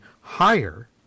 higher